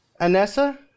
Anessa